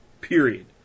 period